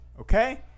okay